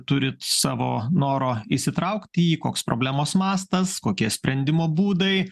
turit savo noro įsitraukt į jį koks problemos mastas kokie sprendimo būdai